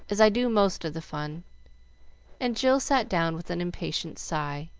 as i do most of the fun and jill sat down with an impatient sigh.